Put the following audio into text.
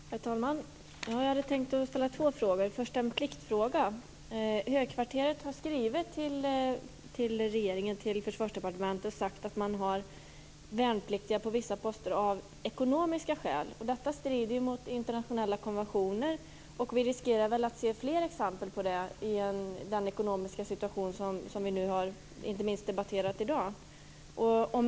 Herr talman! Jag har tänkt ställa två frågor. Den första är en pliktfråga. Högkvarteret har skrivit till Försvarsdepartementet och sagt att det av ekonomiska skäl finns värnpliktiga på vissa poster. Detta strider mot internationella konventioner. Om inte försvarsministern sätter stopp för det här riskerar vi nog att se fler exempel på det i den ekonomiska situation vi har och som vi inte minst har debatterat i dag.